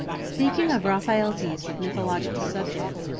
speaking of raphael's use of mythological subjects,